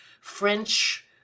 French